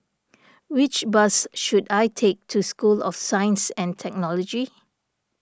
which bus should I take to School of Science and Technology